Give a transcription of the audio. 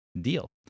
deal